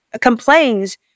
complains